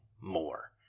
more